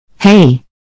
Hey